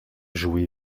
joué